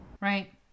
Right